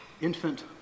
infant